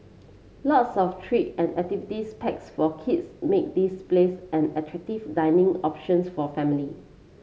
lots of treat and activities packs for kids make this place an attractive dining options for family